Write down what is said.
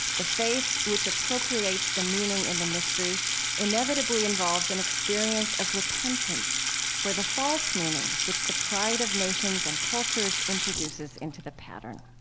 the faith which appropriates the meaning and the mystery inevitably involves an experience of repentance for the false meanings which the pride of nations and cultures introduces into the pattern.